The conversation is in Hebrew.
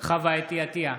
חוה אתי עטייה,